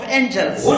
angels